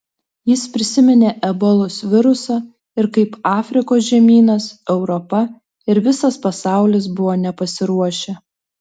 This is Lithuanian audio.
jis prisiminė ebolos virusą ir kaip afrikos žemynas europa ir visas pasaulis buvo nepasiruošę